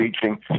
teaching